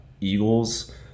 eagles